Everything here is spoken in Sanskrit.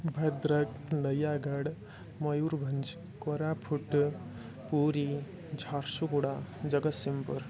भद्रक् नयागड् मोयूर्भञ्ज् कोराफुट् पूरि झार्शुगुड जगस्सिम्पुरम्